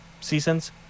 seasons